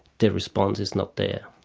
the response is not there.